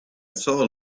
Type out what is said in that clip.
saw